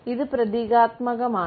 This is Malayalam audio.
ഇത് പ്രതീകാത്മകമാണ്